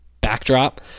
backdrop